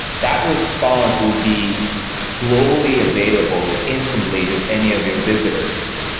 that response will be globally available instantly to any of your visitors.